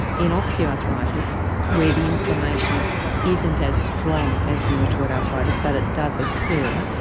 in osteoarthritis where the inflammation isn't as strong as rheumatoid arthritis, but it does occur,